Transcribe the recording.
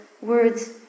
words